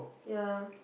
ya